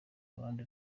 ruhande